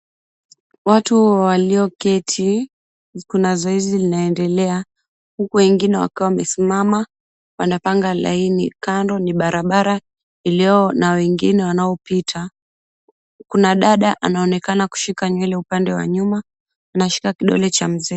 Watu walioketi, kuna zoezi linaendelea huku wengine wakiwa wamesimama wanapanga laini. Kando ni barabara ilio na wengine wanaopita. Kuna dada anaonekana kushika nywele upande wa nyuma, ameshika kidole cha mzee.